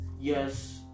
Yes